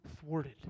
thwarted